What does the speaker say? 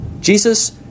Jesus